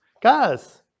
Guys